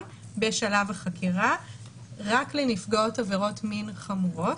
בשלב החקירה רק לנפגעות עבירות מין חמורות.